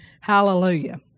hallelujah